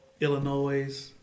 Illinois